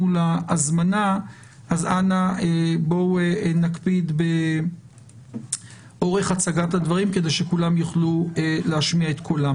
להזמנה ואני מבקש שכולם ידברו בתמציתיות.